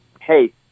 hey